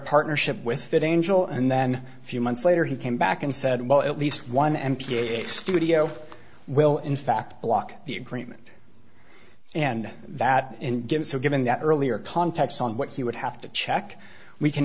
partnership with that angel and then a few months later he came back and said well at least one m p a studio will in fact block the agreement and that gives so given that earlier context on what he would have to check we can